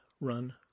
run